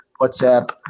WhatsApp